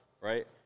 Right